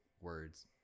words